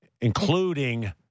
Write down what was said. including